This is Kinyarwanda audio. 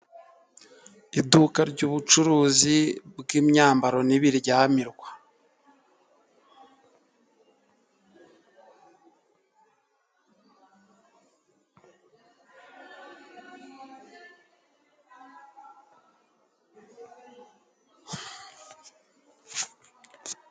Iduka ry'ubucuruzi bw'imyambaro n'ibiryamirwa.